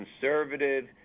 conservative